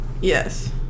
yes